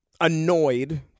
annoyed